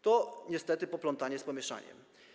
To niestety poplątanie z pomieszaniem.